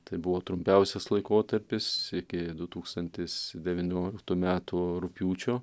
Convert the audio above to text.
tai buvo trumpiausias laikotarpis iki du tūkstantis devynioliktų metų rugpjūčio